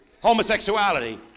homosexuality